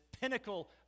pinnacle